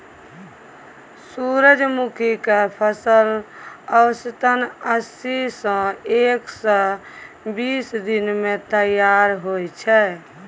सूरजमुखी केर फसल औसतन अस्सी सँ एक सय बीस दिन मे तैयार होइ छै